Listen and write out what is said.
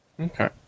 Okay